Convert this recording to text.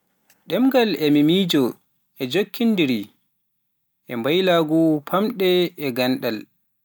Ɗemngal e miijo e njokkondiri, e mbayliigu faamde e ganndal.